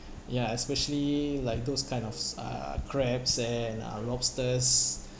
ya especially like those kind ofs uh crabs and uh lobsters